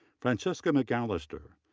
francesca mccallister,